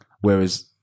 Whereas